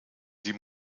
sie